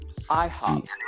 IHOP